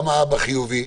גם האבא חיובי,